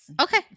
Okay